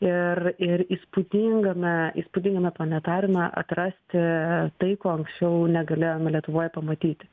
ir ir įspūdingame įspūdingame planetariume atrasti tai ko anksčiau negalėjome lietuvoj pamatyti